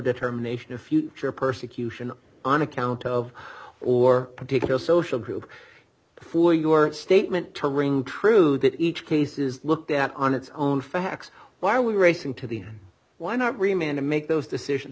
determination of future persecution on account of or particular social group for your statement to ring true that each case is looked at on its own facts why are we racing to the why not remain to make those decisions